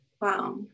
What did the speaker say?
Wow